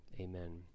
Amen